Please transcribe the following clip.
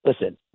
listen